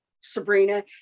Sabrina